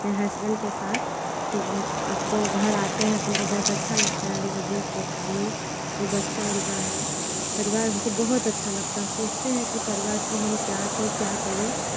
अपने हसबैंड के साथ फिर हम आपको घर आते है तो हमको बहुत अच्छा लगता है मेरा जेठ जेठानी दो बच्चा उनका है परिवार हमको बहुत अच्छा लगता है हम सोचते है कि परिवार को हम क्या से क्या करें